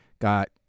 got